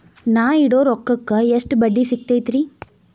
ನಾ ಇಡೋ ರೊಕ್ಕಕ್ ಎಷ್ಟ ಬಡ್ಡಿ ಸಿಕ್ತೈತ್ರಿ?